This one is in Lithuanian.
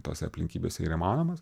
tose aplinkybėse yr įmanomas